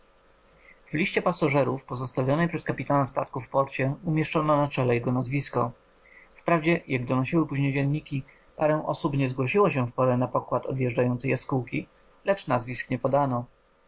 liście pasażerów pozostawionej przez kapitana statku w porcie umieszczono na czele jego nazwisko wprawdzie jak donosiły później dzienniki parę osób nie zgłosiło się w porę na pokład odjeżdżającej jaskółki lecz nazwisk nie podano